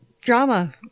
Drama